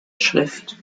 schrift